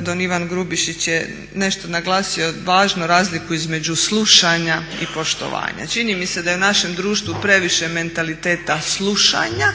don Ivan Grubišić je nešto naglasio važno razliku između slušanja i poštovanja. Čini mi se da je u našem društvu previše mentaliteta slušanja